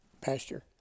pasture